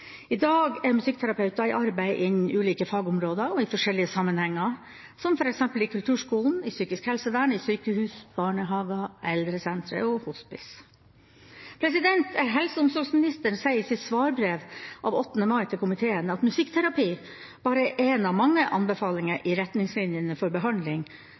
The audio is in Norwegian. I dag er musikkterapeuter i arbeid innen ulike fagområder og i forskjellig sammenhenger, som f.eks. i Kulturskolen, psykisk helsevern, sykehus, barnehager og på eldresentre og hospicer. Helse- og omsorgsministeren sier i sitt svarbrev av 8. mai til komiteen at musikkterapi bare er én av mange anbefalinger i retningslinjene for behandling,